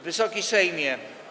Wysoki Sejmie!